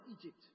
Egypt